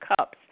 Cups